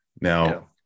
Now